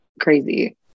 crazy